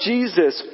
Jesus